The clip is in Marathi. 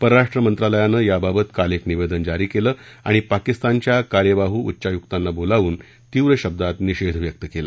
परराष्ट्र मंत्रालयानं याबाबत काल एक निवेदन जारी केलं आणि पाकिस्तानच्या कार्यवाहू उच्चायुक्तांना बोलावून तीव्र शब्दात निषेध व्यक्त केला